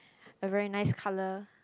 a very nice colour